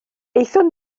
aethon